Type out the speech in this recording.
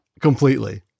completely